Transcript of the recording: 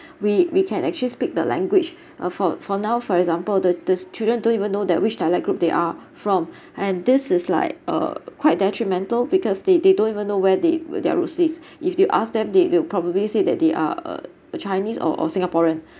we we can actually speak the language uh for for now for example the the s~ children don't even know that which dialect group they are from and this is like uh quite detrimental because they they don't even know where they w~ their roots is if you ask them that they will probably say that they are uh a chinese or or singaporean